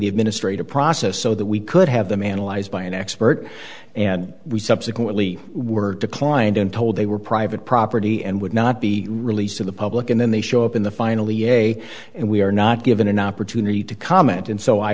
the administrative process so that we could have the man alive by an expert and we subsequently were declined and told they were private property and would not be released to the public and then they show up in the finally a and we are not given an opportunity to comment and so i